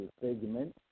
segment